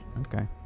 okay